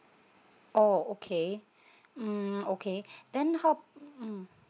oh okay mm okay then how mm